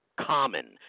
Common